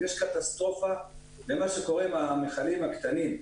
יש קטסטרופה במה שקורה עם המיכלים הקטנים.